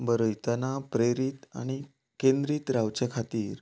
बरयतना प्रेरीत आनी केंद्रित रावचे खातीर